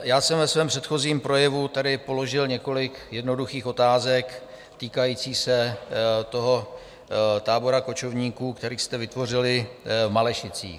Já jsem ve svém předchozím projevu tady položil několik jednoduchých otázek týkajících se toho tábora kočovníků, který jste vytvořili v Malešicích.